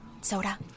Soda